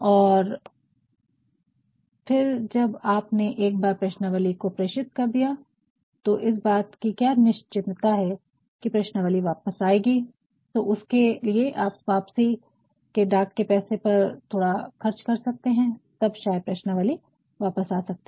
और फिर जब आपने एक बार प्रश्नावली को प्रेषित कर दिया तो इस बात की क्या निश्चिंता है कि प्रश्नावली वापस आएगी तो उसके लिए आप वापसी के डाक के पैसे पर थोड़ा खर्च कर सकते हैं तब शायद प्रश्न वाली वापस आ सकती है